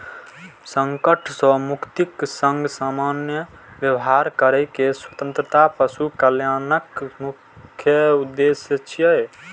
संकट सं मुक्तिक संग सामान्य व्यवहार करै के स्वतंत्रता पशु कल्याणक मुख्य उद्देश्य छियै